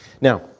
Now